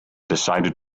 decided